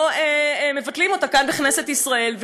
לא מבטלים אותה כאן בכנסת ישראל.